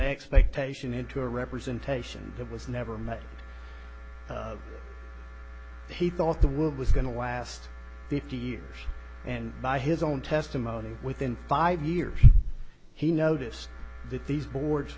expectation into a representation that was never made he thought the world was going to last fifty years and by his own testimony within five years he noticed that these boards